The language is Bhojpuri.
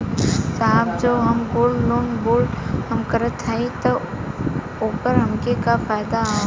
साहब जो हम गोल्ड बोंड हम करत हई त ओकर हमके का फायदा ह?